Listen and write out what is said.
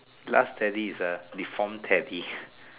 last Teddy is a deformed Teddy